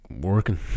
working